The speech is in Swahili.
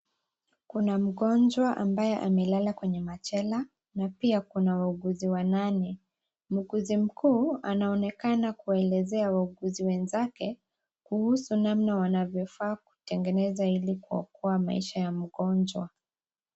Kuna mgonjwa ambaye amelala kwenye machela na pia kuna wauguzi wanane. Mguuzi mkuu anaonekana kuwaelezea wauguzi wenzake kuhusu namna wanavyofaa kutengeneza ilikuokoa maisha ya mgonjwa.